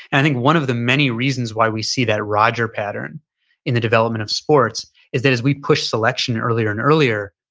i think one of the many reasons why we see that roger pattern in the development of sports is that as we pushed selection earlier and earlier,